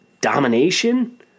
domination